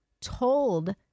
told